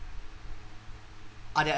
are their